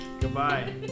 goodbye